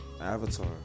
Avatar